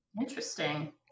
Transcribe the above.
Interesting